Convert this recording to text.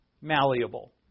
malleable